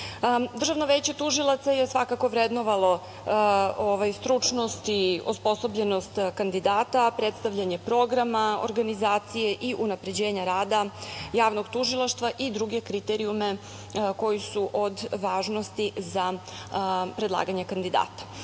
veće tužilaca je svakako vrednovalo stručnost i osposobljenost kandidata, predstavljanje programa, organizacije i unapređenja rada javnog tužilaštva i druge kriterijume koji su od važnosti za predlaganje kandidata. Nadam